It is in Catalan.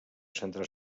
centrar